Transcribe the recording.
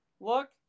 Look